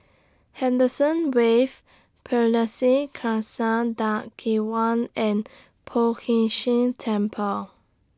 Henderson Wave Pardesi Khalsa Dharmak Diwan and Poh Ern Shih Temple